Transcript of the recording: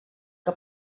que